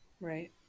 Right